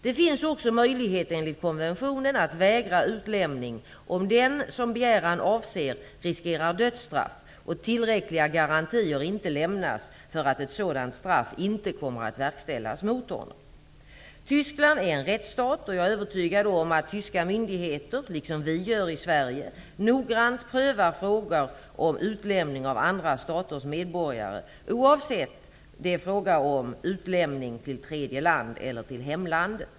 Det finns också möjlighet enligt konventionen att vägra utlämning om den som begäran avser riskerar dödsstraff och tillräckliga garantier inte lämnas för att ett sådant straff inte kommer att verkställas mot honom. Tyskland är en rättsstat och jag är övertygad om att tyska myndigheter, liksom vi gör i Sverige, noggrant prövar frågor om utlämning av andra staters medborgare, oavsett det är fråga om utlämning till tredje land eller till hemlandet.